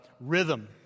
rhythm